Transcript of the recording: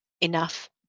enough